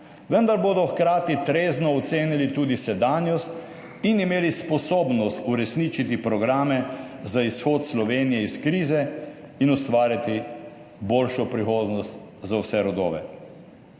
vendar bodo hkrati trezno ocenili tudi sedanjost in imeli sposobnost uresničiti programe za izhod Slovenije iz krize in ustvariti boljšo prihodnost za vse rodove.